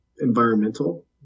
Environmental